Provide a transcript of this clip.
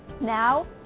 Now